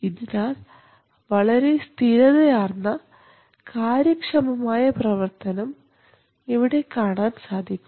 ഇതിനാൽ വളരെ സ്ഥിരതയാർന്ന കാര്യക്ഷമമായ പ്രവർത്തനം ഇവിടെ കാണാൻ സാധിക്കും